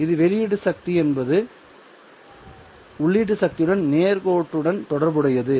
இது வெளியீட்டு சக்தி என்பது உள்ளீட்டு சக்தியுடன் நேர்கோட்டுடன் தொடர்புடையது